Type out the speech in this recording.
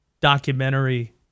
documentary